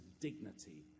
dignity